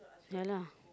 yeah lah